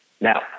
Now